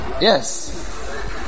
Yes